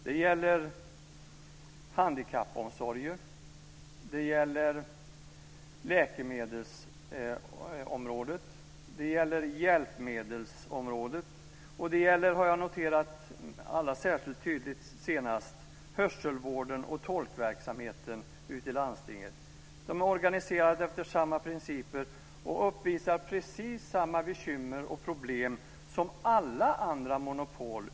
Det gäller handikappomsorgen, läkemedelsområdet, hjälpmedelsområdet och gäller, det har jag noterat särskilt tydligt allra senast, hörselvården och tolkverksamheten ute i landstingen som är organiserade efter samma principer och uppvisar precis samma bekymmer och problem som alla andra monopol.